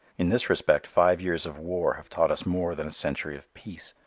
in this respect five years of war have taught us more than a century of peace.